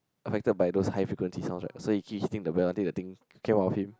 affected by those high frequency sounds right so he keep hitting the bells right until the thing came out of him